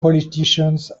politicians